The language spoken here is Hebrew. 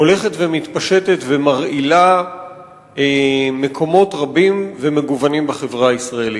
הולכת ומתפשטת ומרעילה מקומות רבים ומגוונים בחברה הישראלית.